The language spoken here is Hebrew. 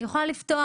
היא יכולה לפתוח.